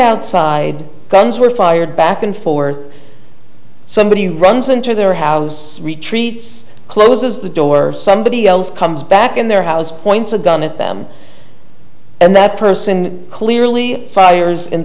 outside guns were fired back and forth somebody runs into their house retreats closes the door somebody else comes back in their house points a gun at them and that person clearly fires in